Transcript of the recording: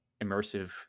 immersive